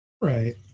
Right